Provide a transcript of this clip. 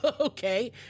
okay